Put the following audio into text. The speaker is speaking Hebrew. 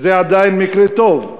וזה עדיין מקרה טוב,